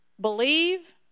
Believe